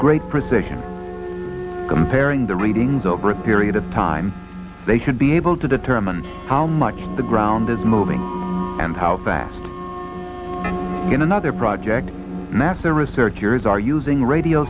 great precision comparing the readings over a period of time they should be able to determine how much the ground is moving and how fast in another project nasa researchers are using radio